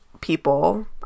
people